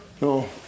No